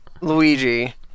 luigi